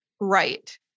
right